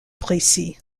précis